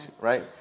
right